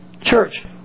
Church